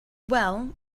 well